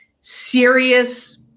serious